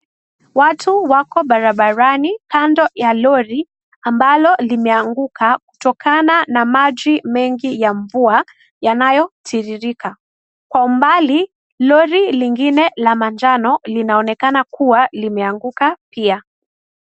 Watu wako barabarani kando la Lori ambalo limeanguka kutokana na maji mengi ya mvua yanayotiririka. Kwa umbali, lori lingine la manjano linaonekana kuwa limeanguka pia.